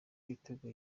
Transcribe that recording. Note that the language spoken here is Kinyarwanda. ibitego